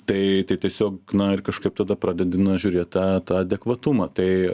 tai tai tiesiog na ir kažkaip tada pradedi na nužiūrėt tą tą adekvatumą tai